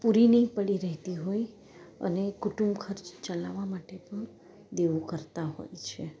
પૂરી નહીં પડી રહેતી હોય અને કુટુંબ ખર્ચ ચલાવા માટે પણ દેવું કરતાં હોય છે